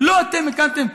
לא אתם הקמתם,